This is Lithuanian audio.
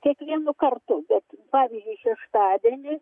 kiekvienu kartu bet pavyzdžiui šeštadienį